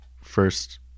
first